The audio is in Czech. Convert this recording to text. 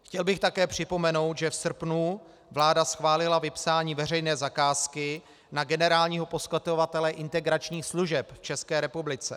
Chtěl bych také připomenout, že v srpnu vláda schválila vypsání veřejné zakázky na generálního poskytovatele integračních služeb v České republice.